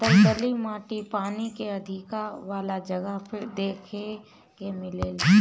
दलदली माटी पानी के अधिका वाला जगह पे देखे के मिलेला